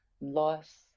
loss